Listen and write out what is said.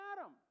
Adam